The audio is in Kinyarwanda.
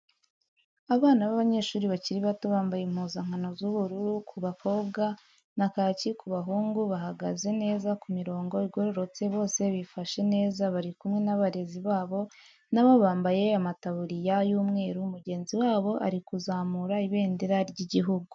Abana b'abanyeshuri bakiri bato bambaye impuzankano z'ubururu ku bakobwa na kaki ku bahungu bahagaze neza ku mirongo igororotse bose bifashe neza bari kumwe n'abarezi babo nabo bambaye amataburiya y'umweru mugenzi wabo ari kuzamura ibendera ry'igihugu.